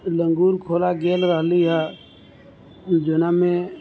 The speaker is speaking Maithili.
लङ्गुरखोरा गेल रहली हँ ओ जनममे